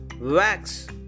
wax